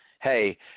hey